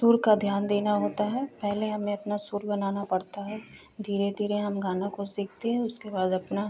सुर का ध्यान देना होता है पहले हमें अपना सुर बनाना पड़ता है धीरे धीरे हम गानों को सीखते हैं उसके बाद अपना